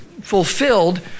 fulfilled